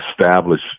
establish